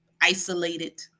isolated